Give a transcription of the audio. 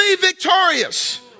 victorious